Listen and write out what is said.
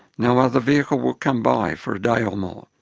no other vehicle will come by for a day or more.